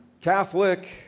Catholic